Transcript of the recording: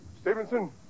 Stevenson